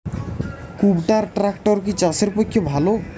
কুবটার ট্রাকটার কি চাষের পক্ষে ভালো?